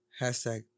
hashtag